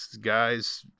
guy's